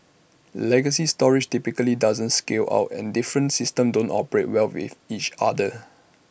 legacy storage typically doesn't scale out and different systems don't operate well with each other